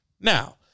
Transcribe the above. Now